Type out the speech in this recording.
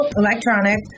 electronic